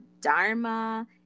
Dharma